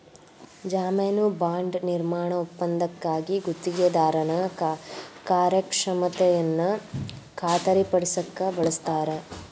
ಜಾಮೇನು ಬಾಂಡ್ ನಿರ್ಮಾಣ ಒಪ್ಪಂದಕ್ಕಾಗಿ ಗುತ್ತಿಗೆದಾರನ ಕಾರ್ಯಕ್ಷಮತೆಯನ್ನ ಖಾತರಿಪಡಸಕ ಬಳಸ್ತಾರ